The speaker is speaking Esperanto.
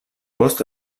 post